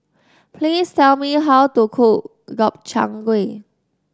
please tell me how to cook Gobchang Gui